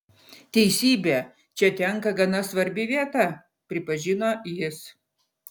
teisybė čia tenka gana svarbi vieta pripažino jis